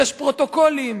יש פרוטוקולים,